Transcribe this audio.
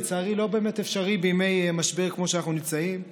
לצערי לא באמת אפשרי בימי משבר כמו שאנחנו נמצאים בו.